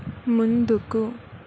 ముందుకు